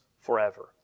forever